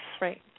right